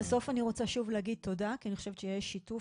בסוף אני רוצה שוב להגיד תודה כי אני חושבת שיש שיתוף,